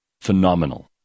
phenomenal